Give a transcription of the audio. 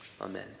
amen